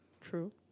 True